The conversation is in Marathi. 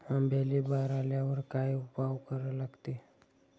आंब्याले बार आल्यावर काय उपाव करा लागते?